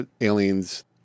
aliens